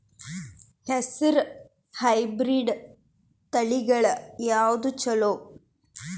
ಹೆಸರ ಹೈಬ್ರಿಡ್ ತಳಿಗಳ ಯಾವದು ಚಲೋ?